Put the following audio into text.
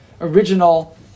original